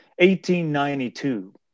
1892